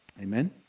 Amen